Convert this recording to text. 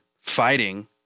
fighting